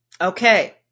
Okay